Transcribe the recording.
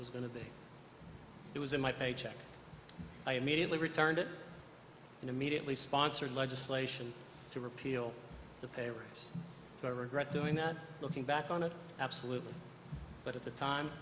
was going to be it was in my paycheck i immediately returned it immediately sponsored legislation to repeal the payroll so i regret doing that looking back on it absolutely but at the time